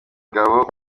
gabo